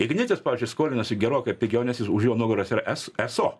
ignitis pavyzdžiui skolinosi gerokai pigiau nes už jo nugaros yra es eso